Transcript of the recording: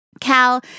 Cal